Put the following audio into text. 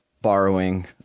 borrowing